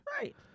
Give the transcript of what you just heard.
Right